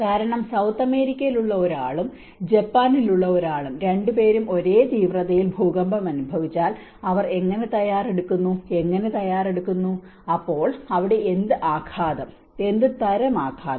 കാരണം സൌത്ത് അമേരിക്കയിൽ ഉള്ള ഒരാളും ജപ്പാനിൽ ഉള്ള ഒരാളും രണ്ടുപേരും ഒരേ തീവ്രതയിൽ ഭൂകമ്പം അനുഭവിച്ചാൽ അവർ എങ്ങനെ തയ്യാറെടുക്കുന്നു എങ്ങനെ തയ്യാറെടുക്കുന്നു അപ്പോൾ ഇവിടെ എന്ത് ആഘാതം എന്ത് തരം ആഘാതം